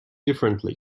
differently